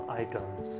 items